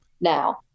now